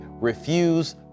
Refuse